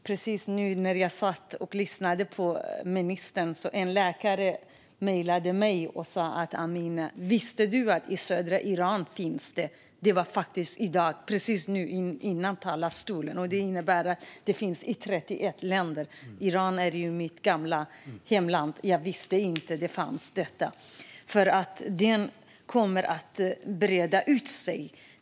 Precis nu, när jag satt och lyssnade på ministern, mejlade faktiskt en läkare mig och frågade om jag visste att det finns också i södra Iran. Detta innebär att könsstympning finns i 31 länder. Iran är ju mitt gamla hemland; jag visste inte att detta fanns där. Detta kommer att breda ut sig.